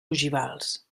ogivals